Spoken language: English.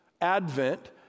Advent